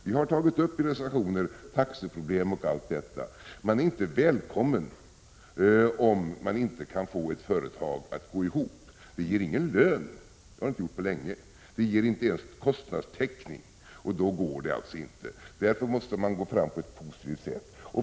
Vi har i reservationer tagit upp taxeproblem osv. Man är inte välkommen om man inte kan få ett företag att gå ihop. Det ger i det här fallet ingen lön — det har det inte gjort på länge. Det ger inte ens kostnadstäckning, och då går det alltså inte. Därför måste vi gå fram på ett positivt sätt.